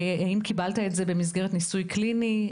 האם קיבל את זה במסגרת ניסוי קליני,